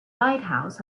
lighthouse